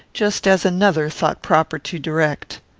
just as another thought proper to direct.